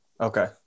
Okay